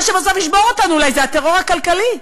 מה שבסוף ישבור אותנו אולי זה הטרור הכלכלי,